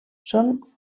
són